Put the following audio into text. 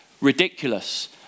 ridiculous